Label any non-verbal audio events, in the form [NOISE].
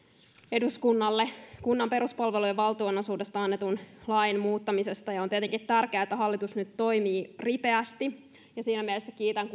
eduskunnalle kunnan peruspalvelujen valtionosuudesta annetun lain muuttamisesta on tietenkin tärkeää että hallitus nyt toimii ripeästi ja siinä mielessä kiitän [UNINTELLIGIBLE]